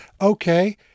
Okay